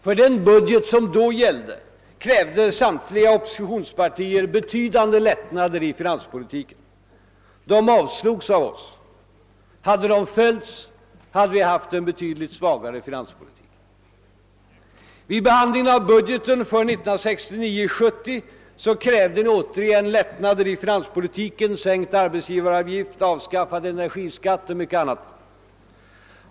För den budget som då gällde krävde samtliga oppositionspartier betydande lättnader i finanspolitiken. Kraven avslogs av oss. Hade de bifallits hade vi haft en betydligt svagare finanspolitik. Vid behandlingen av budgeten för 1969/70 krävde ni återigen lättnader i finanspolitiken: sänkt arbetsgivaravgift, avskaffande av energiskatten och mycket annat.